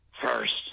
First